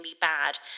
bad